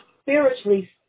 spiritually